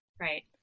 Right